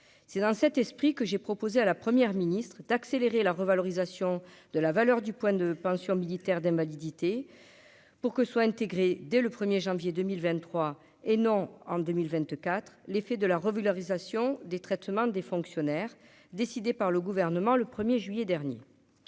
c'est dans cet esprit que j'ai proposé à la première ministre d'accélérer la revalorisation de la valeur du point de pension militaire d'invalidité pour que soit intégrée dès le 1er janvier 2023 et non en 2024, l'effet de la revue de l'organisation des traitements des fonctionnaires décidée par le gouvernement le 1er juillet dernier